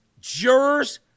jurors